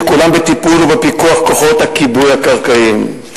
שכולם בטיפול ובפיקוח כוחות הכיבוי הקרקעיים.